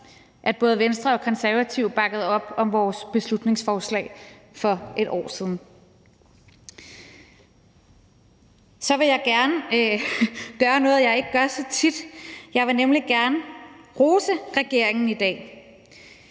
at både Venstre og Konservative bakkede op om vores beslutningsforslag for et år siden. Så vil jeg gerne gøre noget, jeg ikke gør så tit. Jeg vil nemlig gerne rose regeringen i dag,